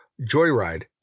Joyride